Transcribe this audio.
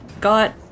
got